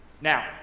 now